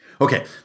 Okay